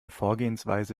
vorgehensweise